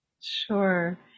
Sure